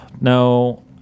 No